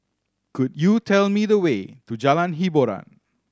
could you tell me the way to Jalan Hiboran